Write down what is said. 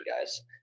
guys